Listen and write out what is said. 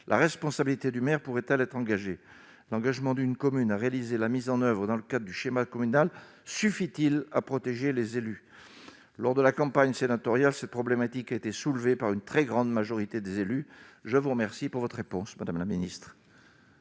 la responsabilité du maire, pourrait-elle être engagée, l'engagement d'une commune à réaliser la mise en oeuvre dans le cas du schéma communal suffit-il à protéger les élus lors de la campagne sénatoriale cette problématique a été soulevée par une très grande majorité des élus, je vous remercie pour votre réponse madame la ministre.